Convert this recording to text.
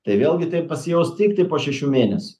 tai vėlgi taip pasijaus tiktai po šešių mėnesių